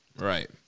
Right